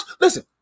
Listen